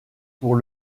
pour